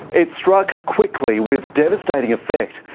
it struck quickly with devastating effect.